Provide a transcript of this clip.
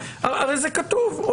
הרי זה כתוב,